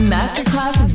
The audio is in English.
Masterclass